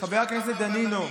יש פה כמה בלמים.